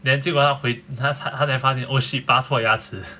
then 结果他回他他才发现 oh shit 拔错牙齿